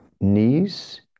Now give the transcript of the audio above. knees